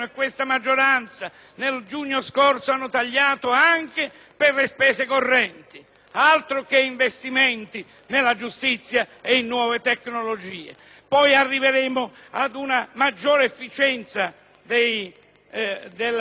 Altro che investimenti nella giustizia e in nuove tecnologie! Poi arriveremo ad una maggiore efficienza della magistratura e del personale tutto amministrativo,